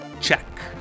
Check